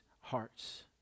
hearts